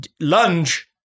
Lunge